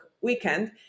weekend